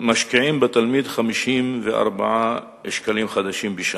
משקיעים בתלמיד 54 שקלים חדשים בשנה,